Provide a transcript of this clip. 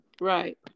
Right